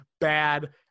bad